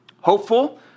Hopeful